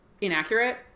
inaccurate